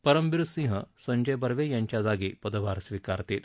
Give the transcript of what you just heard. परमबीर सिंह संजय बर्वे यांच्या जागी पदभार स्विकारतील